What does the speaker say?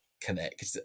connect